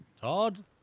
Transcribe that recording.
Todd